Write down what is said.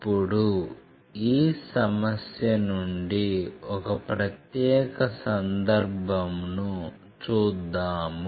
ఇప్పుడు ఈ సమస్య నుండి ఒక ప్రత్యేక సందర్భంను చూద్దాము